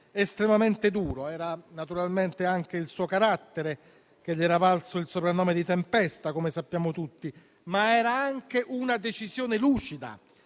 estremamente duro. Era naturalmente anche il suo carattere che gli era valso il soprannome di "tempesta" - come sappiamo tutti - ma era anche una decisione lucida,